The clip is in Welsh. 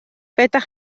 ydych